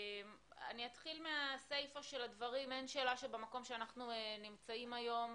אני אתחיל מהסיפא של הדברים אין שאלה שבמקום שאנחנו נמצאים היום,